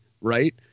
right